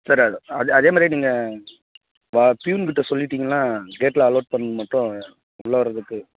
sir அது அதே மாதிரியே நீங்கள் ஆ டீம் கிட்ட சொல்லிட்டீங்கன்னா கேட்டில் அலோவ் பண்றப்போ உள்ளார